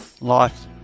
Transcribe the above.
life